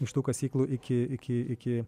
iš tų kasyklų iki iki iki